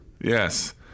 Yes